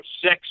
Six